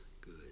good